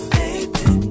baby